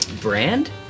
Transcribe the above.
Brand